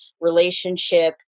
relationship